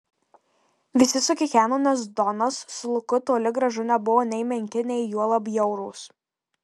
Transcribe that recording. visi sukikeno nes donas su luku toli gražu nebuvo nei menki nei juolab bjaurūs